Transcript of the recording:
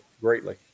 greatly